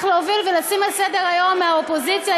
להוביל ולשים על סדר-היום מהאופוזיציה,